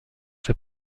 ces